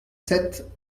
sept